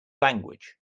language